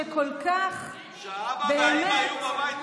שכל כך, באמת, שהאבא והאימא יהיו בבית?